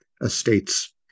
estates